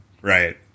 Right